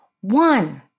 one